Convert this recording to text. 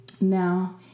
Now